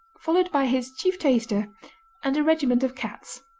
followed by his chief taster and a regiment of cats.